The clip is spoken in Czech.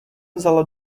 vzala